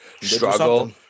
struggle